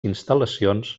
instal·lacions